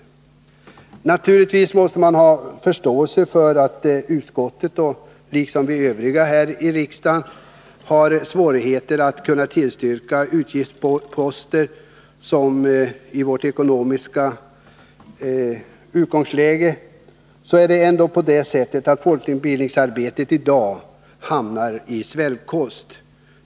Även om man naturligtvis måste ha förståelse för att utskottet, liksom vi övriga här i riksdagen, i vårt ekonomiska läge har svårigheter att tillstyrka ökade utgiftsposter, är det ändå på det sättet att folkbildningsarbetet hamnar på svältkost.